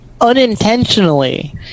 Unintentionally